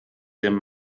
dem